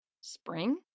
Spring